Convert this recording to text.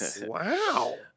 Wow